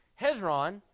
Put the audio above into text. Hezron